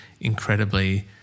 incredibly